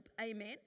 amen